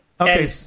Okay